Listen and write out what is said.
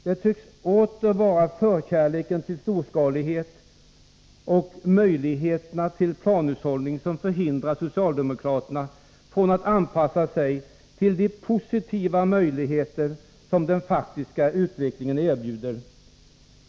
Det tycks åter vara förkärleken för storskalighet och möjligheterna till planhushållning som förhindrar socialdemokraterna att anpassa sig till de positiva möjligheter som den faktiska utvecklingen erbjuder.